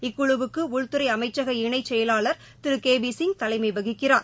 இக்குழுவுக்குஉள்துறைஅமைச்சக இணைசெயலாளர் திருகேபிசிங் தலைமைவகிக்கிறார்